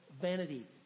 vanity